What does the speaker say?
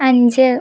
അഞ്ച്